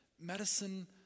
Medicine